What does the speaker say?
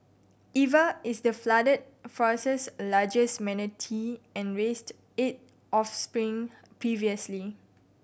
Eva is the Flooded Forest's largest manatee and raised eight offspring previously